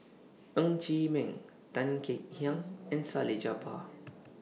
Ng Chee Meng Tan Kek Hiang and Salleh Japar